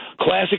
classic